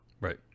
right